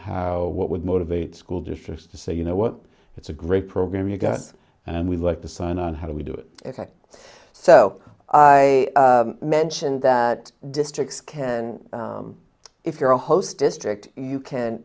how what would motivate school districts to say you know what it's a great program you guys and we like to sign on how do we do it so i mentioned that districts can if you're a host district you can